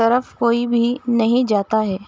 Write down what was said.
طرف کوئی بھی نہیں جاتا ہے